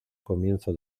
comienzo